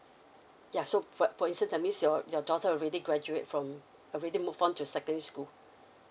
ya so for for instance that means your your daughter already graduate from already move on to secondary school